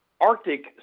Arctic